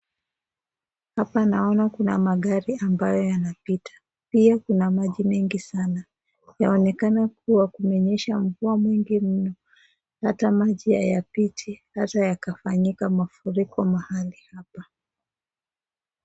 Hapa naona kuna magari ambayo yanapita pia kuna maji mengi sana yaonekana kuwa kumenyesha mvua mingi mno hata maji hayapiti hata yakafanyika mafuriko mahali hapa.